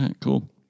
Cool